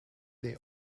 they